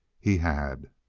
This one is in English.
he had.